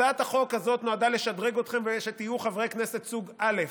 הצעת החוק הזאת נועדה לשדרג אתכם ושתהיו חברי כנסת סוג א',